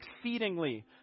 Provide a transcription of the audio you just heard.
exceedingly